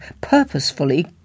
purposefully